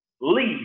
Leave